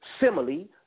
Simile